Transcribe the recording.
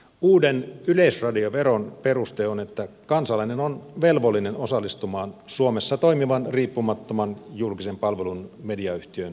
uuden yleisradioveron peruste on että kansalainen on velvollinen osallistumaan suomessa toimivan riippumattoman julkisen palvelun mediayhtiön ylläpitoon